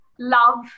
love